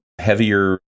heavier